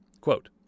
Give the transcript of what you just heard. Quote